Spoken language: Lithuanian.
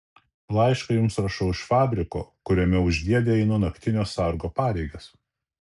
laišką jums rašau iš fabriko kuriame už dėdę einu naktinio sargo pareigas